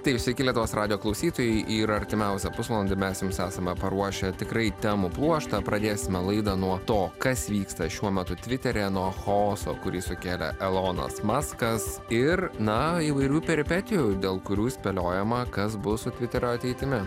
taip sakė lietuvos radijo klausytojai yra artimiausią pusvalandį mes jiems esame paruošę tikrai temų pluoštą pradėsime laidą nuo to kas vyksta šiuo metu tviteryje nuo chaoso kurį sukėlė elonos mazgas ir na įvairių peripetijų dėl kurių spėliojama kas bus atvira ateitimi